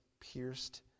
pierced